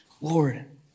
Lord